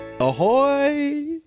Ahoy